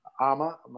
ama